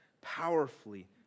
powerfully